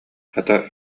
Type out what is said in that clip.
хата